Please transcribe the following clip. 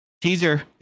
Teaser